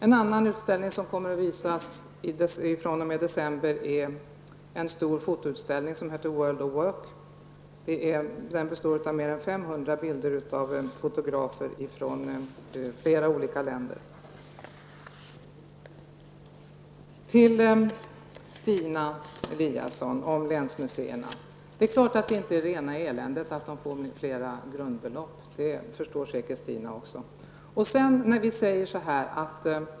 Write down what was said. En annan utställning som kommer att visas fr.o.m. december är en stor fototutställning som heter World of Work. Den består av mer än 500 bilder av fotografer från flera olika länder. Till Stina Eliasson kan jag säga om länsmuseerna: Det är klart att det inte är rena eländet att de inte får flera grundbelopp. Det förstår säkert Stina Eliasson också.